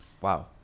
Wow